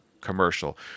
commercial